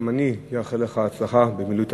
גם אני מאחל לך הצלחה במילוי תפקידך.